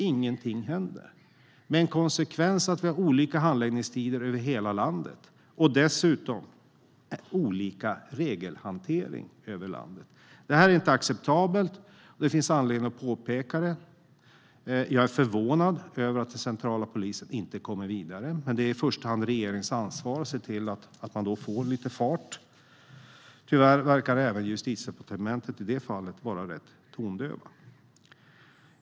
Konsekvensen är att vi har olika handläggningstider över hela landet. Dessutom har vi olika regelhantering över landet. Det är inte acceptabelt, och det finns anledning att påpeka det. Jag är förvånad över att den centrala polisen inte kommer vidare, men det är i första hand regeringens ansvar att se till att det blir lite fart på det. Men i detta fall verkar Justitiedepartementet vara rätt tondövt.